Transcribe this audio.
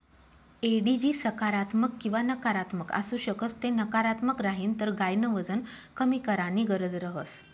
एडिजी सकारात्मक किंवा नकारात्मक आसू शकस ते नकारात्मक राहीन तर गायन वजन कमी कराणी गरज रहस